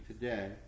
today